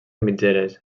mitgeres